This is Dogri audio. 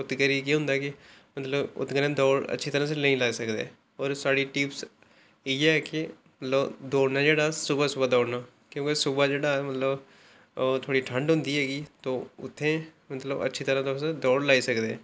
ते इत्त करी केह् होंदा कि उत्त कन्नै दौड़ अच्छी तरह नेईं लाई सकदे होर साढ़ी टिप्स इ'यै की दौड़ना जेह्ड़ा सुबह सुबह दौड़ना क्योंकि सुबह जेह्ड़ा मतलब ओह् थोह्ड़ी ठंड होंदी ऐ ते उत्थै मतलब अच्छी तरह तुस दौड़ लाई सकदे